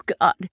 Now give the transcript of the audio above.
God